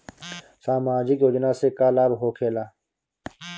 समाजिक योजना से का लाभ होखेला?